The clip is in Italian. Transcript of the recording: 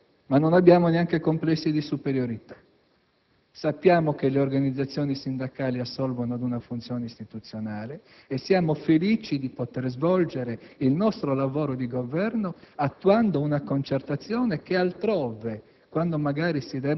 di inferiorità. Non abbiamo però neanche complessi di superiorità; sappiamo che le organizzazioni sindacali assolvono ad una funzione istituzionale e siamo felici di poter svolgere il nostro lavoro di Governo attuando una concertazione che altrove,